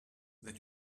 that